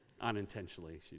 unintentionally